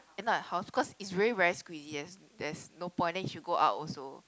and not her house cause it's really very squeeze there's there's no point then she go out also